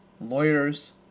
Lawyers